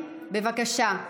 בבקשה.